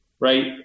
right